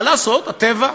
מה לעשות, הטבע,